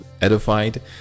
edified